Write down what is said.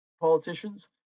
politicians